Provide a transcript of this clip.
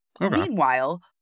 Meanwhile